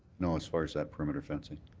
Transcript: no, as far as that permit of fencing.